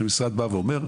שמשרד בא ואומר,